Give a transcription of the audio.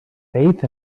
faith